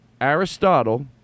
Aristotle